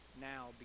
now